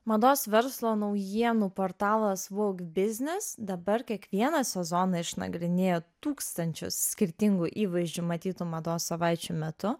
mados verslo naujienų portalo svog biznis dabar kiekvieną sezoną išnagrinėja tūkstančius skirtingų įvaizdžių matytų mados savaičių metu